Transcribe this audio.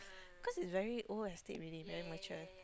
cause is very old estate already very mature